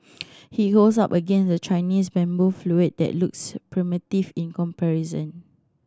he holds up against a Chinese bamboo flute that looks primitive in comparison